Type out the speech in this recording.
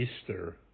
Easter